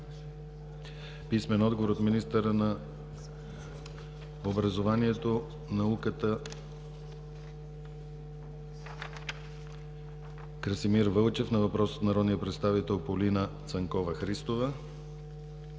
Хасан Адемов; - от министъра на образованието и науката Красимир Вълчев на въпрос от народния представител Полина Цанкова-Христова;